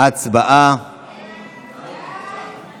ההצעה להעביר